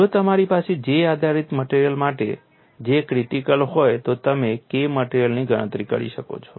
જો તમારી પાસે J આધારિત મટેરીઅલ માટે J ક્રિટિકલ હોય તો તમે K મટિરિયલની ગણતરી કરી શકો છો